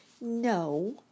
No